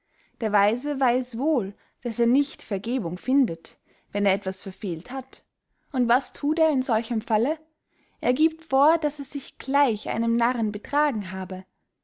der weise weiß wohl daß er nicht vergebung finde wenn er etwas verfehlt hat und was thut er in solchem falle er giebt vor daß er sich gleich einem narren betragen habe